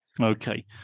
Okay